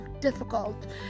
difficult